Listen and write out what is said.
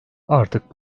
artık